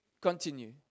continue